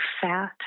fat